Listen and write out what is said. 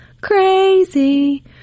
Crazy